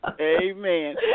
Amen